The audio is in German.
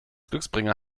glücksbringer